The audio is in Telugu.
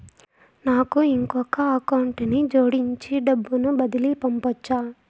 నాకు ఇంకొక అకౌంట్ ని జోడించి డబ్బును బదిలీ పంపొచ్చా?